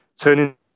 turning